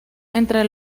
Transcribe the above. entre